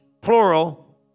plural